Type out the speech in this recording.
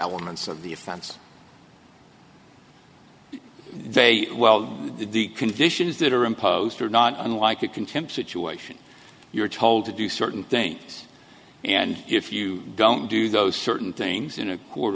elements of the offense they well the conditions that are imposed are not unlike a contempt situation you're told to do certain things and if you don't do those certain things in a court